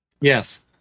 yes